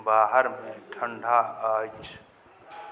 बाहरमे ठण्डा अछि